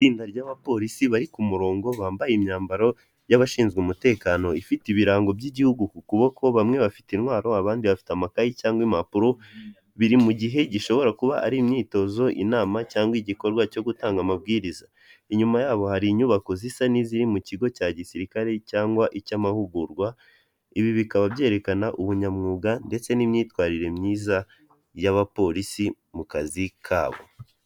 Itsinda ry'abapolisi bari ku murongo, bambaye imyambaro y'abashinzwe umutekano, ifite ibirango by'igihugu ku kuboko, bamwe bafite intwaro abandi bafite amakayi cyangwa impapuro, biri mu gihe gishobora kuba ari imyitozo inama cyangwa igikorwa cyo gutanga amabwiriza, inyuma yabo hari inyubako zisa n'iziri mu kigo cya gisirikare cyangwa icy'amahugurwa, ibi bikaba byerekana ubunyamwuga, ndetse n'imyitwarire myiza y'abapolisi mu kazi kabo.